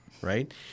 Right